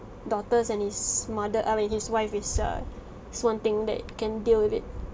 daughters and his mother I mean his wife is err is one thing that can deal with it